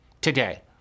today